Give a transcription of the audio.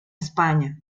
españa